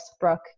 brooke